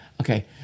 okay